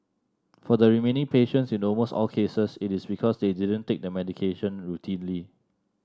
for the remaining patients in almost all cases it is because they didn't take the medication routinely